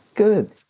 Good